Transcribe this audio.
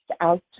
out